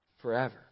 forever